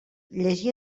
llegir